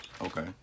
Okay